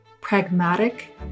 Pragmatic